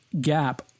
gap